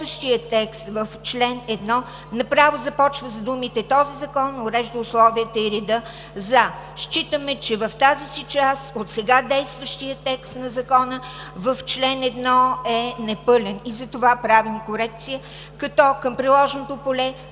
действащият текст в чл. 1 направо започва с думите: „Този Закон урежда условията и реда за…“ Считаме, че в тази си част от сега действащия текст на Закона чл. 1 е непълен и затова правим корекция, като към приложното поле